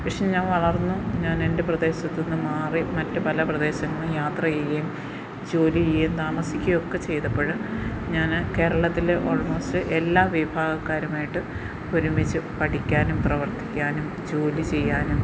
പക്ഷേ ഞാൻ വളർന്നു ഞാനെൻ്റെ പ്രദേശത്തു നിന്ന് മാറി മറ്റു പല പ്രദേശങ്ങളും യാത്ര ചെയ്യുകയും ജോലി ചെയ്യുകയും താമസിക്കുകയും ഒക്കെ ചെയ്തപ്പോൾ ഞാൻ കേരളത്തിൽ ഓൾ മോസ്റ്റ് എല്ലാ വിഭാഗക്കാരുമായിട്ട് ഒരുമിച്ചു പഠിക്കാനും പ്രവർത്തിക്കാനും ജോലി ചെയ്യാനും